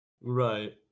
Right